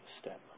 step